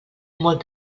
molt